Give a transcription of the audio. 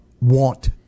want